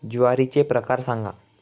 ज्वारीचे प्रकार सांगा